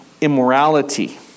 immorality